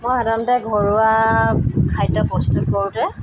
মই সাধাৰণতে ঘৰুৱা খাদ্য প্ৰস্তুত কৰোঁতে